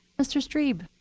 mr. strebe.